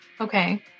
Okay